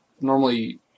normally